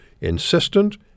insistent